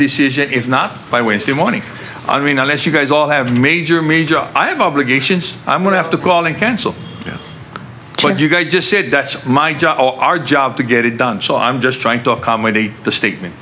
decision if not by wednesday morning i mean unless you guys all have major major i have obligations i'm going to have to call and cancel them like you guys just said that's my job our job to get it done so i'm just trying to accommodate the statement